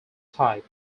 type